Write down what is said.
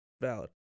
Valid